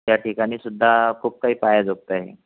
त्या ठिकाणी सुद्धा खूप काही पहाय जोगतं आहे आणि